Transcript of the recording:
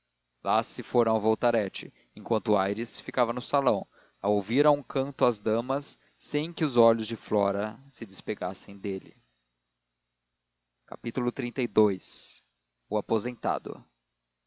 lá se foram ao voltarete enquanto aires ficava no salão a ouvir a um canto as damas sem que os olhos de flora se despegassem dele xxxii o aposentado